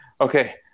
okay